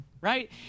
right